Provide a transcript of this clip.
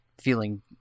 feeling